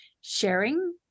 sharing